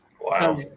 Wow